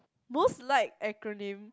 most like acronym